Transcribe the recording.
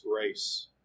grace